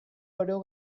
oro